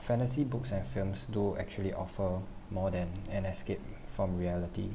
fantasy books and films do actually offer more than an escape from reality